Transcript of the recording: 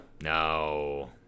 No